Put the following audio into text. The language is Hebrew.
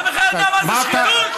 ההתנהלות שלכם מושחתת.